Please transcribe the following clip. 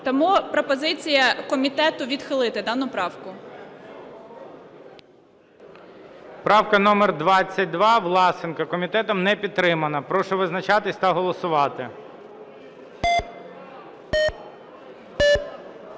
Тому пропозиція комітету відхилити дану правку. ГОЛОВУЮЧИЙ. Правка номер 22 Власенка, комітетом не підтримана. Прошу визначатись та голосувати.